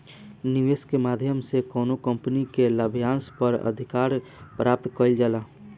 निवेस के माध्यम से कौनो कंपनी के लाभांस पर अधिकार प्राप्त कईल जाला